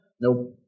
Nope